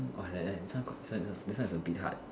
orh like that this one got this one is a bit hard